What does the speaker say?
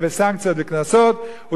סנקציות וקנסות,